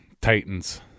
titans